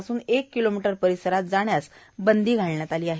पासून एक kilometre परिसरात जाण्यात बंदी घालण्यात आली आहे